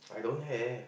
I don't have